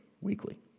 weekly